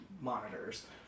monitors